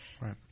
Right